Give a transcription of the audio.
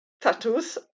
tattoos